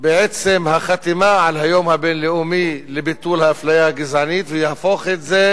בעצם החתימה על היום הבין-לאומי לביטול האפליה הגזענית ויהפוך את זה